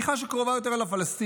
היא חשה קרובה יותר אל הפלסטינים,